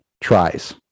tries